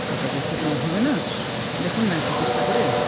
আচ্ছা আচ্ছা একটু কম হবে না দেখুন না একটু চেষ্টা করে